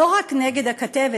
לא רק נגד הכתבת,